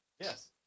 Yes